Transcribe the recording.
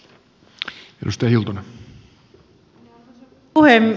arvoisa puhemies